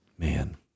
Man